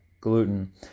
gluten